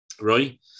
right